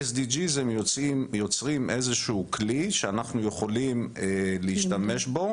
ה-SDG יוצרים איזשהו כלי שאנחנו יכולים להשתמש בו